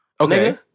Okay